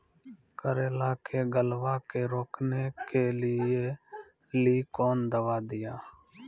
करेला के गलवा के रोकने के लिए ली कौन दवा दिया?